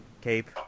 cape